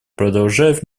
продолжает